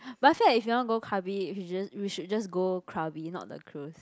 but I feel like if you wanna go Krabi if should just we should just go Krabi not the cruise